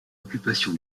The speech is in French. occupation